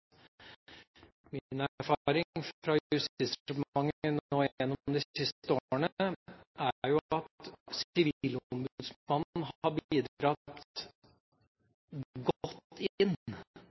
erfaring fra Justisdepartementet gjennom de siste årene er at sivilombudsmannen har bidratt godt for å påpeke ganske såre punkter i